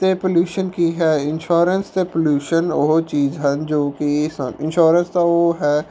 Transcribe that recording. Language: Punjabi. ਅਤੇ ਪੋਲਿਊਸ਼ਨ ਕੀ ਹੈ ਇਨਸ਼ੋਰੈਂਸ ਅਤੇ ਪੋਲਿਊਸ਼ਨ ਉਹ ਚੀਜ਼ ਹਨ ਜੋ ਕਿ ਇੰਸ਼ਾ ਇਨਸ਼ੋਰੈਂਸ ਤਾਂ ਉਹ ਹੈ